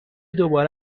دوباره